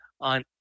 on